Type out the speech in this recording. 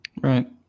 Right